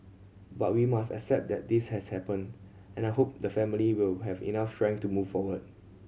but we must accept that this has happened and I hope the family will have enough strength to move forward